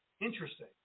Interesting